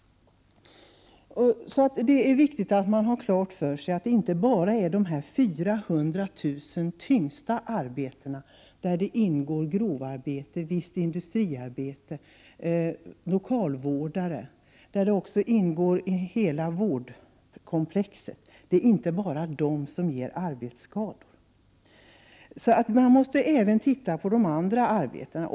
Det är alltså viktigt att ha klart för sig att det inte bara är de 400 000 tyngsta arbetena, där det ingår grovarbete, visst industriarbete, lokalvård och hela vårdkomplexet, som ger arbetsskador. Man måste även titta på de andra arbetena.